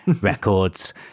records